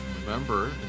Remember